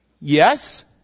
yes